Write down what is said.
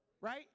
right